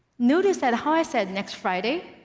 notice that how i said next friday,